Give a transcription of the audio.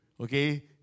okay